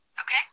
Okay